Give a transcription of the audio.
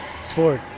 sport